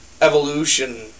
evolution